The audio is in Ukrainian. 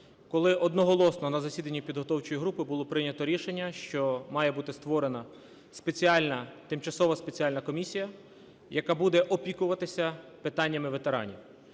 Коли одноголосно на засіданні підготовчої групи було прийнято рішення, що має бути створена тимчасова спеціальна комісія, яка буде опікуватися питаннями ветеранів.